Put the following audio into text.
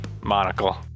monocle